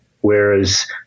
Whereas